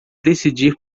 decidir